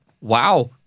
wow